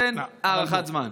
תן הערכת זמן.